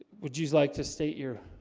would you like to state your